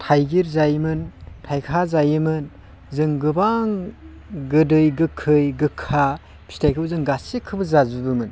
थाइगिर जायोमोन थाइखा जायोमोन जों गोबां गोदै गोखै गोखा फिथाइखो जों गासैखोबो जाजुबोमोन